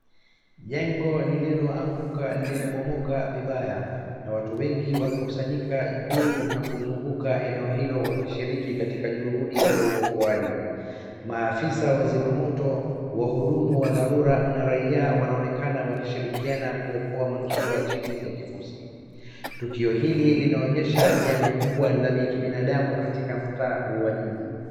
Jengo liloanguka limebomoka vibaya na watu wengi wamekusanyika juu na kuzinguka eneo hilo wakishiriki katika juhudi la uokoaji ,maafisa, wazima moto wahudumu wa dharura na raia wanaonekana wakishirikiana kuokoa manusura chini ya kifusi tukio hili linaonyesha janga kubwa la kibinadamu katika mtaa wa Jiji